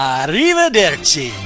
Arrivederci